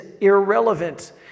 irrelevant